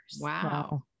Wow